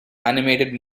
animated